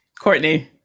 Courtney